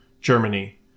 Germany